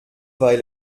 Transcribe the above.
weil